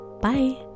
Bye